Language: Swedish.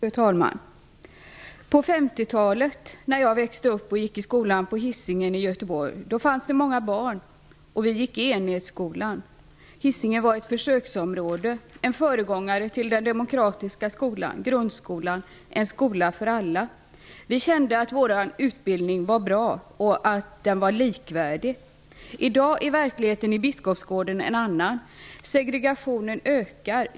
Fru talman! På 50-talet när jag växte upp och gick i skola på Hisingen i Göteborg fanns det många barn. Vi gick i enhetsskola. Hisingen var ett försöksområde, en föregångare till den demokratiska skolan, grundskolan, en skola för alla. Vi kände att vår utbildning var bra och att den var likvärdig. I dag är verkligheten i Biskopsgården en annan. Segregationen ökar.